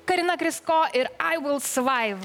karina krysko ir ai vil sevaif